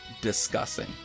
discussing